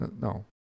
No